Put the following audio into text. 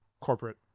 corporate